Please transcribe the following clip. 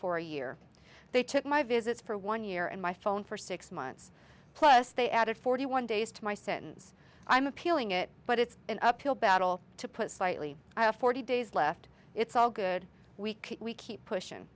for a year they took my visits for one year and my phone for six months plus they added forty one days to my sentence i'm appealing it but it's an uphill battle to put slightly i have forty days left it's all good week we keep pushing